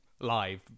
Live